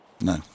No